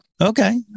Okay